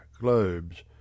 globes